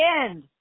end